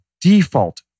default